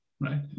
Right